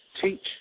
teach